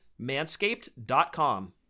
manscaped.com